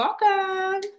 welcome